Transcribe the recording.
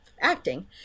acting